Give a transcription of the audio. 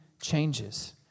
changes